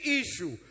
issue